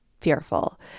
fearful